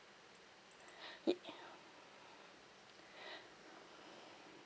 ye~